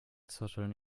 zotteln